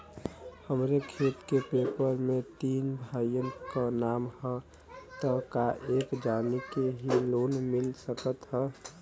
हमरे खेत के पेपर मे तीन भाइयन क नाम ह त का एक जानी के ही लोन मिल सकत ह?